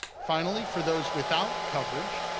finally, for those without coverage,